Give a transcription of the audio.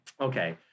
Okay